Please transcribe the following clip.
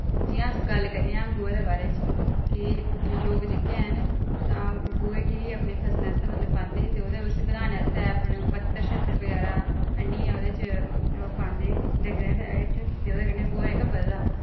जि'यां अस गल्ल करने आं गोहे दे बारे च कि लोक जेह्के हैन तां गोहे गी अपने फसलें आस्तै मतलब पांदे ते ओह्दे उसी बधाने आस्तै अपने पत्तर शत्तर बगैरा आह्न्नियै औह्दे च पांदे डंगरें दे हेठ ते ओह्दे कन्नै गोहा जेह्का बधदा